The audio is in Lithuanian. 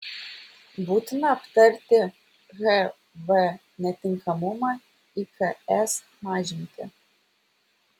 būtina aptarti hv netinkamumą iks mažinti